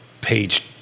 page